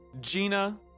Gina